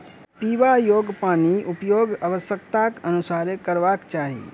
पीबा योग्य पानिक उपयोग आवश्यकताक अनुसारेँ करबाक चाही